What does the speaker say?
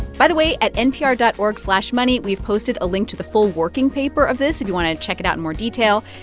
by the way, at npr dot org slash money, we've posted a link to the full working paper of this if you want to check it out in more detail.